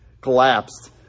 collapsed